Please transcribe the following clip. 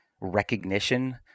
recognition